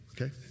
okay